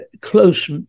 close